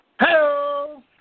Hello